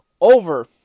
over